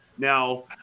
Now